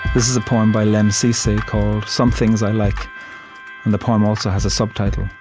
this is a poem by lemn sissay called some things i like, and the poem also has a subtitle,